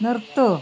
നിർത്തൂ